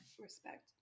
Respect